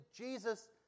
Jesus